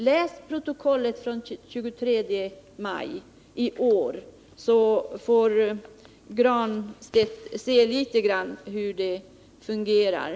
Läs protokollet från den 23 maj i år så får Pär Granstedt se hur det går till.